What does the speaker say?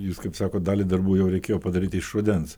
jūs kaip sako dalį darbų jau reikėjo padaryti iš rudens